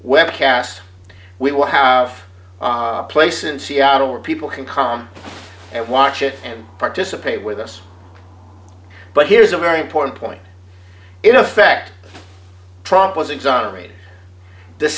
webcast we will have a place in seattle where people can come and watch it and participate with us but here's a very important point in effect trump was exonerated the